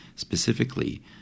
specifically